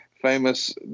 famous